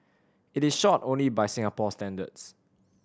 it is short only by Singapore standards